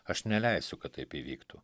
aš neleisiu kad taip įvyktų